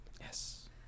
Yes